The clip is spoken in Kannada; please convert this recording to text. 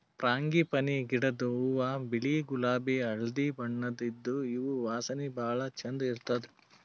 ಫ್ರಾಂಗಿಪನಿ ಗಿಡದ್ ಹೂವಾ ಬಿಳಿ ಗುಲಾಬಿ ಹಳ್ದಿ ಬಣ್ಣದ್ ಇದ್ದ್ ಇವ್ ವಾಸನಿ ಭಾಳ್ ಛಂದ್ ಇರ್ತದ್